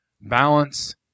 balance